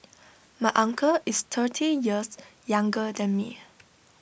my uncle is thirty years younger than me